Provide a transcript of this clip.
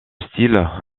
style